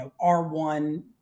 R1